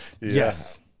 Yes